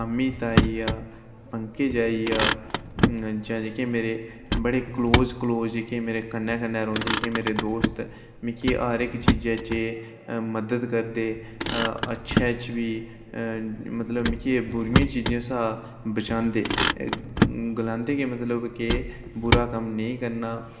अमित आई गेआ पंकज आई गेआ जां जेह्के मेरे बड़े कलोज कलोज जेह्के मेरे कन्नै कन्नै रौंह्दे जेह्के मेरे दोस्त मिगी हर इक चीजै च ए मदद करदे अच्छे अच्छे च बी मतलब मिगी बुरियें चीजें शा बचांदे गलांदे गै मतलब कि बुरा कम्म नेई करना